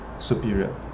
superior